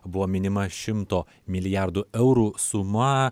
buvo minima šimto milijardų eurų suma